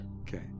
Okay